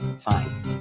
Fine